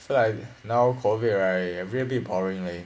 feel like now COVID right a bit a bit boring leh